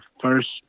first